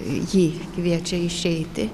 jį kviečia išeiti